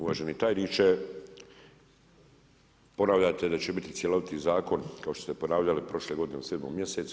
Uvaženi tajniče, ponavljate da će biti cjeloviti Zakon, kao što ste ponavljali prošle godine u 7. mjesecu.